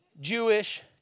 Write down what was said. Jewish